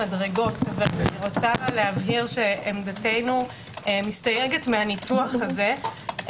המדרגות אבל עמדתנו מסתייגת מהניתוח הזה.